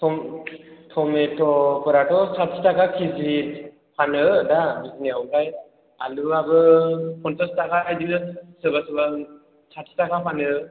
टमेट'फोराथ' साथि थाखा के जि फानो दा बिजनियाव ओमफ्राय आलुआबो पन्चास थाखा बिदिनो सोरबा सोरबा साथि थाखा फानो